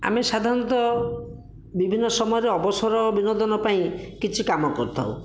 ଆମେ ସାଧାରଣତଃ ବିଭିନ୍ନ ସମୟରେ ଅବସର ବିନୋଦନ ପାଇଁ କିଛି କାମ କରିଥାଉ